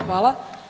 Hvala.